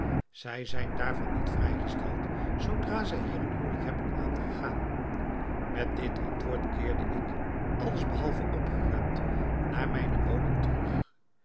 zij zijn daarvan niet vrijgesteld zoodra zij hier een huwelijk hebben aangegaan met dit antwoord keerde ik alles behalve opgeruimd naar mijne woning terug